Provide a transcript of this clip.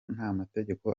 n’amategeko